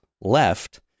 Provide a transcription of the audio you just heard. left